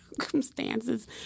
circumstances